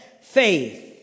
faith